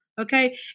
Okay